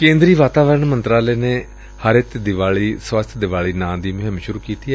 ਕੇਂਦਰੀ ਵਾਤਾਵਰਣ ਮੰਤਰਾਲੇ ਨੇ ਹਰਿਤ ਦੀਵਾਲੀ ਸਵਸਥ ਦੀਵਾਲੀ ਨਾਮਕ ਮੁਹਿੰਮ ਸੂਰੂ ਕੀਤੀ ਏ